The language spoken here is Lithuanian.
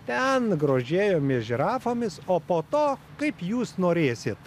ten grožėjomės žirafomis o po to kaip jūs norėsit